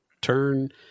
turn